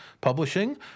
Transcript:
publishing